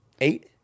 Eight